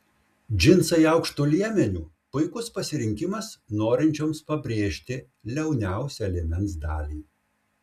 džinsai aukštu liemeniu puikus pasirinkimams norinčioms pabrėžti liauniausią liemens dalį